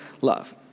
love